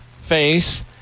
face